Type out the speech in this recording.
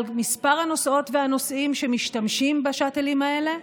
מספר הנוסעות והנוסעים שמשתמשים בשאטלים האלה.